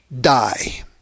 die